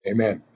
Amen